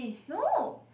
no